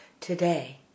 Today